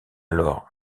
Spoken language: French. alors